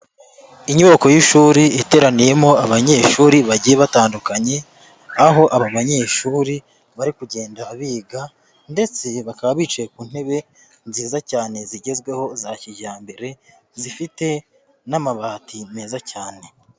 Inyubako y'ishuri iteraniyemo abanyeshuri bagiye batandukanye. Aho aba banyeshuri bari kugenda biga ndetse bakaba bicaye ku ntebe nziza cyane zigezweho za kijyambere zifite n'amabati meza cyane.